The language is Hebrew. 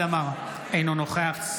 אינו נוכח חמד עמאר,